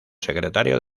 secretario